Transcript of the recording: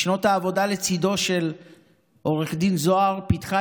בשנות העבודה לצידו של עו"ד זהר פיתחה